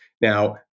Now